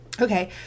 okay